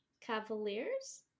Cavaliers